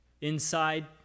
Inside